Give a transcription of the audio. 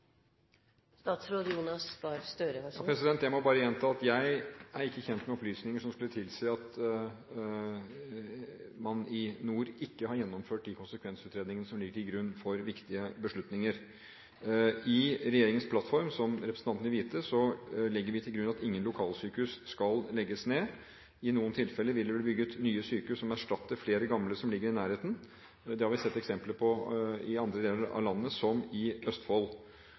Jeg må bare gjenta at jeg er ikke kjent med opplysninger som skulle tilsi at man i nord ikke har gjennomført de konsekvensutredningene som ligger til grunn for viktige beslutninger. I regjeringens plattform legger vi, som representanten vil vite, til grunn at ingen lokalsykehus skal legges ned. I noen tilfeller vil det bli bygd nye sykehus som skal erstatte flere gamle som ligger i nærheten. Det har vi sett eksempler på i andre deler av landet, som i Østfold.